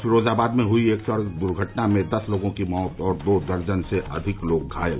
फिरोजाबाद में हई एक सड़क द्र्घटना में दस लोगों की मौत और दो दर्जन से अधिक लोग घायल